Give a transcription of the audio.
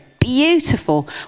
beautiful